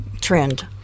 trend